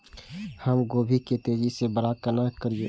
हम गोभी के तेजी से बड़ा केना करिए?